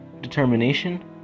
determination